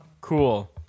cool